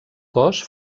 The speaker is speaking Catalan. cos